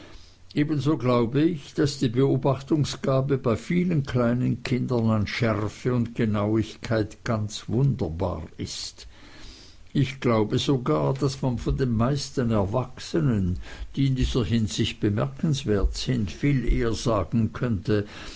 ebenso glaube ich daß die beobachtungsgabe bei vielen kleinen kindern an schärfe und genauigkeit ganz wunderbar ist ich glaube sogar daß man von den meisten erwachsenen die in dieser hinsicht bemerkenswert sind viel eher sagen könnte